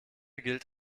gilt